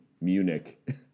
Munich